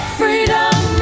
freedom